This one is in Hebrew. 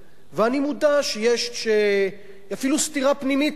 ואני מודע לכך שיש אפילו סתירה פנימית לפעמים.